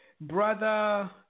Brother